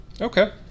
Okay